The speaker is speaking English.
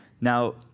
Now